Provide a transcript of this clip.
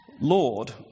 Lord